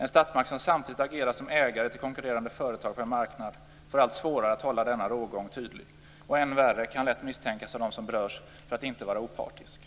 En statsmakt som samtidigt agerar som ägare till konkurrerande företag på en marknad får allt svårare att hålla denna rågång tydlig och än värre: kan av dem som berörs lätt misstänkas för att inte vara opartisk.